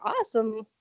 awesome